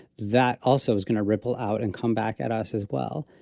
that also is going to ripple out and come back at us as well.